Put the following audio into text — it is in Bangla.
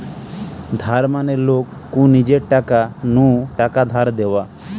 ধার মানে লোক কু নিজের টাকা নু টাকা ধার দেওয়া